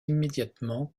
immédiatement